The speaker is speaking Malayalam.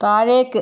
താഴേക്ക്